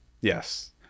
Yes